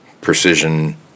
Precision